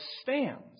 stands